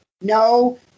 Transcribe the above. No